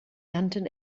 nannten